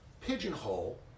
pigeonhole